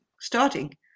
starting